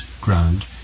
ground